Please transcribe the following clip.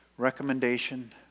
recommendation